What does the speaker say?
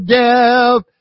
death